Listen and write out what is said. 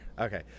Okay